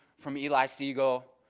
from eli segal,